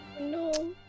No